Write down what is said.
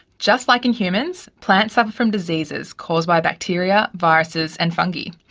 just like in humans, plants suffer from diseases caused by bacteria, viruses and fungi.